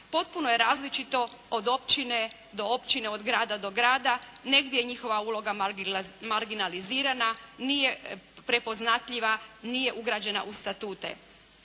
Potpuno je različito od općine do općine, od grada do grada, negdje je njihova uloga marginalizirana, nije prepoznatljiva, nije ugrađena u statute.